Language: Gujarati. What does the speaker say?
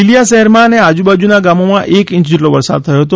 લીલીયા શહેરમાં અને આજુબાજુના ગામોમાં એક ઇંચ જેટલો વરસાદ થયો હતો